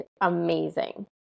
amazing